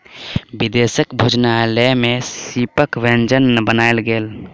विदेशक भोजनालय में सीपक व्यंजन बनायल गेल